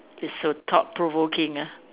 it's a thought provoking ah